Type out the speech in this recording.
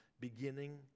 beginning